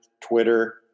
Twitter